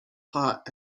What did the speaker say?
hot